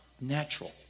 natural